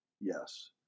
yes